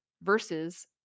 versus